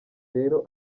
rero